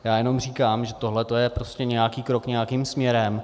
Já jenom říkám, že tohle je prostě nějaký krok nějakým směrem.